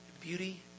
beauty